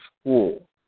school